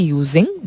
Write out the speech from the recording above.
using